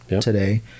today